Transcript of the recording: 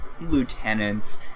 lieutenants